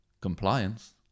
Compliance